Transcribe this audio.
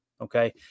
Okay